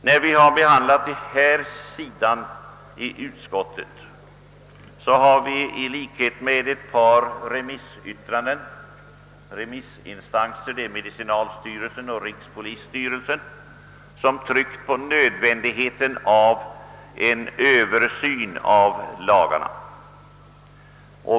Då vi behandlade denna sida av problemet i utskottet tryckte vi, i likhet med ett par remissinstanser, medicinalstyrelsen och rikspolisstyrelsen, på nödvändigheten av en översyn av lagarna.